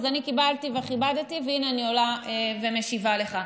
אז אני קיבלתי וכיבדתי, והינה אני עולה ומשיבה לך.